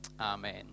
Amen